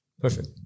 perfect